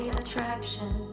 attraction